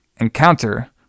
encounter